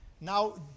Now